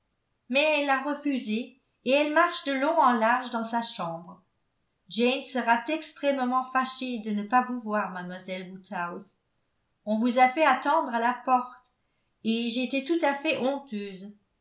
mais elle a refusé et elle marche de long en large dans sa chambre jane sera extrêmement fâchée de ne pas vous voir mademoiselle woodhouse on vous a fait attendre à la porte et j'étais tout à fait honteuse